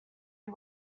who